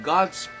God's